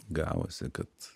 gavosi kad